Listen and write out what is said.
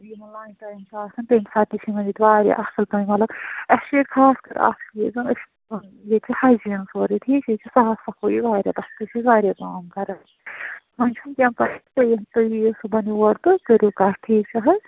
یِمن lunch time چھِ آسان تَمہِ ساتہٕ تہِ چھِ یِمَن ییٚتہِ واریاہ اَصٕل کٔنۍ مطلب اَسہِ چھِ ییٚتہِ خاص کر اَکھ چیٖزَن أسۍ ییٚتہِ چھِ ہایجیٖن سورُے ٹھیٖک چھُ ییٚتہِ چھِ صاف صفٲیی واریاہ تَتھ تہِ چھِ واریاہ کٲم کَران وۄنۍ چھُنہٕ کیٚنٛہہ تُہۍ تُہۍ یِیِو صُبحَن یور تہٕ کٔرِو کَتھ ٹھیٖک چھُ حظ